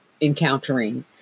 encountering